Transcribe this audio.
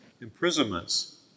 imprisonments